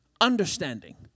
understanding